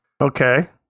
Okay